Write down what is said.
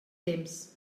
temps